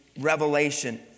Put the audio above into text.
revelation